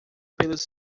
pelos